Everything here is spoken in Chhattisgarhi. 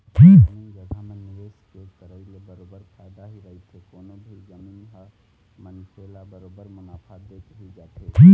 जमीन जघा म निवेश के करई ले बरोबर फायदा ही रहिथे कोनो भी जमीन ह मनखे ल बरोबर मुनाफा देके ही जाथे